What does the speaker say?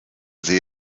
sie